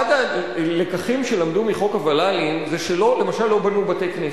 אחד הלקחים שלמדו מחוק הוול"לים זה שלמשל לא בנו בתי-כנסת.